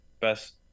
Best